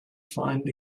find